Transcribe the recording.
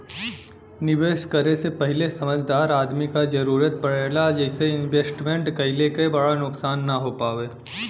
निवेश करे से पहिले समझदार आदमी क जरुरत पड़ेला जइसे इन्वेस्टमेंट कइले क बड़ा नुकसान न हो पावे